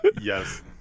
Yes